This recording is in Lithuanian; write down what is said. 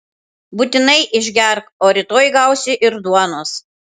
būtinai išgerk o rytoj gausi ir duonos